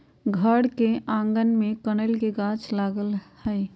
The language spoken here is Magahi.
हमर घर के आगना में कनइल के गाछ लागल हइ